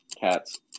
Cats